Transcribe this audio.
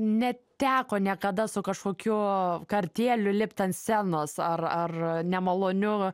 neteko niekada su kažkokiu kartėliu lipt ant scenos ar ar nemaloniu